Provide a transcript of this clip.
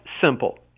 simple